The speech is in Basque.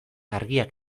argiak